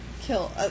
kill